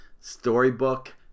storybook